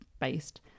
based